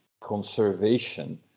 conservation